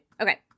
Okay